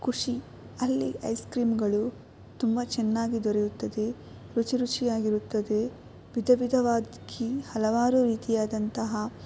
ಖುಷಿ ಅಲ್ಲಿ ಐಸ್ ಕ್ರೀಮ್ಗಳು ತುಂಬ ಚೆನ್ನಾಗಿ ದೊರೆಯುತ್ತದೆ ರುಚಿ ರುಚಿಯಾಗಿರುತ್ತದೆ ವಿಧ ವಿಧವಾಗಿ ಹಲವಾರು ರೀತಿಯಾದಂತಹ